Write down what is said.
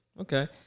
Okay